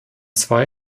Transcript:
zwei